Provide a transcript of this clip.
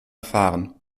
erfahren